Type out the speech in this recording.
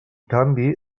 canvi